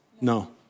No